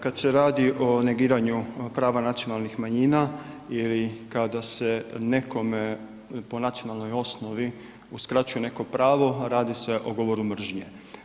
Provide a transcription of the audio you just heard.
Kad se radi o biranju prava nacionalnih manjina ili kada se nekome po nacionalnoj osnovi uskraćuje neko pravo, radi se o govoru mržnje.